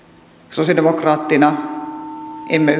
sosialidemokraatteina emme